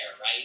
right